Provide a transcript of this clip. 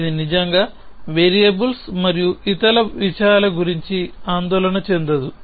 ఇది నిజంగా వేరియబుల్స్ మరియు ఇతర విషయాల గురించి ఆందోళన చెందదు